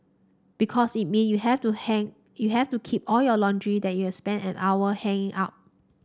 because it mean you have to hang you have to keep all your laundry that you spent an hour hanging up